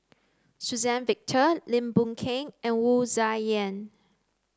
Suzann Victor Lim Boon Keng and Wu Tsai Yen